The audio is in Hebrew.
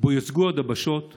שבו יוצגו הדבשות לקהל.